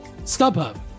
StubHub